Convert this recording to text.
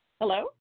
Hello